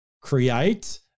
create